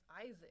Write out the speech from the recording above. Isaac